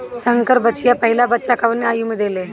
संकर बछिया पहिला बच्चा कवने आयु में देले?